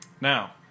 Now